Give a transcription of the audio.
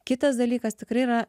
kitas dalykas tikrai yra